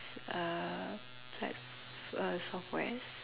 uh plat~ uh softwares